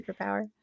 superpower